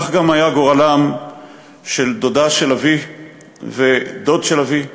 כזה היה גם גורלם של דודה של אבי ודוד של אבי,